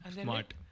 Smart